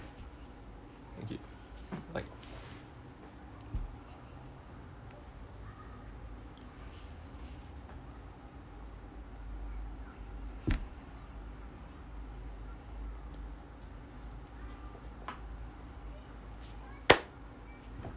thank you bye